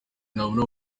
nabona